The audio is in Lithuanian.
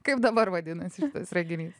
kaip dabar vadinasi šitas renginys